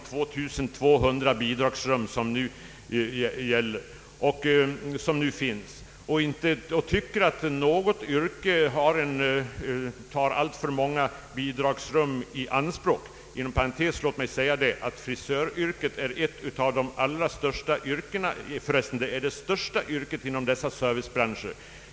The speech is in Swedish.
Låt mig också säga att frisöryrket är det största inom dessa servicebranscher.